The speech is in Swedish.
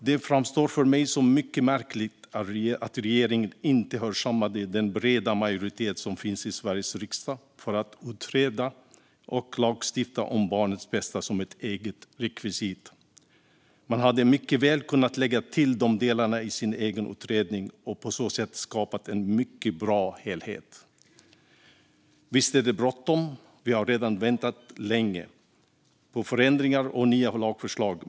Det framstår för mig som mycket märkligt att regeringen inte hörsammade den breda majoritet som finns i Sveriges riksdag för att utreda och lagstifta om barnets bästa som ett eget rekvisit. Man hade mycket väl kunnat lägga till de delarna i sin egen utredning och på så sätt skapat en mycket bra helhet. Visst är det bråttom, och vi har redan väntat länge på förändringar och nya lagförslag.